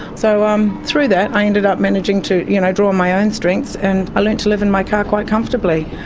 so um through that i ended up managing to you know draw on my own strengths and i learned to live in my car quite comfortably.